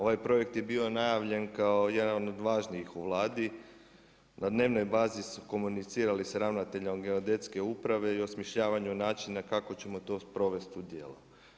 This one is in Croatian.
Ovaj projekt je bio najavljen kao jedna od važnijih u Vladi, na dnevnoj bazi su komunicirali s ravnateljem geodetske uprave i osmišljavanju načina kako ćemo to sprovesti u djelo.